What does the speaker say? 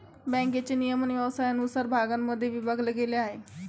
बँकेचे नियमन व्यवसायानुसार भागांमध्ये विभागले गेले आहे